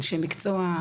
אנשי המקצוע,